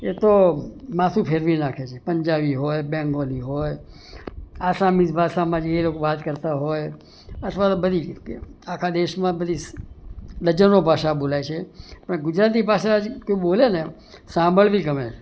એ તો માથું ફેરવી નાખે છે પંજાબી હોય બેંગોલી હોય આસામીસ ભાષામાં જે લોકો વાત કરતા હોય અથવા તો બધી આખા દેશમાં બધી ડઝનો ભાષા બોલાય છે પણ ગુજરાતી ભાષા જે કોઈ બોલે ને સાંભળવી ગમે